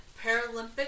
Paralympic